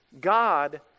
God